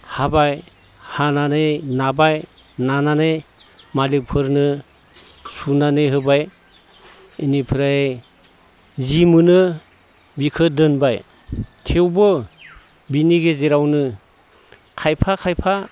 हाबाय हानानै नाबाय नानानै मालिखफोरनो सुनानै होबाय इनिफ्राय जि मोनो बिखो दोनबाय थेवबो बिनि गेजेरावनो खायफा खायफा